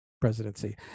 presidency